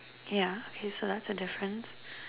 yeah guess that's a difference